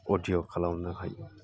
अडिय' खालामनो हायो